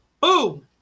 boom